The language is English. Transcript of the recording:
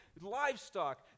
livestock